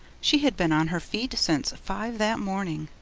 she had been on her feet since five that morning,